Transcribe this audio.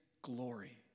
glory